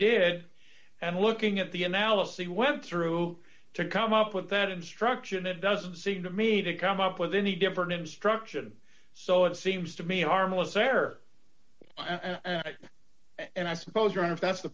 did and looking at the analyse went through to come up with that instruction it doesn't seem to me to come up with any different instruction so it seems to me a harmless error and i suppose your honor if that's the